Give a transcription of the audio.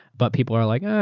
but people are like,